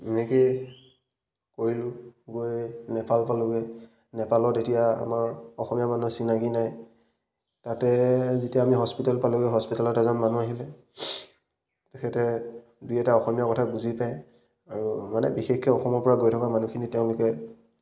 এনেকেই কৰিলোঁ গৈ নেপাল পালোঁগৈ নেপালত এতিয়া আমাৰ অসমীয়া মানুহ চিনাকি নাই তাতে যেতিয়া আমি হস্পিটেল পালোঁগৈ হস্পিতেলত এজন মানুহ আহিলে তেখেতে দুই এটা অসমীয়া কথা বুজি পায় আৰু মানে বিশেষকৈ অসমৰ পৰা গৈ থকা মানুহখিনি তেওঁলোকে